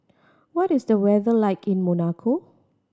what is the weather like in Monaco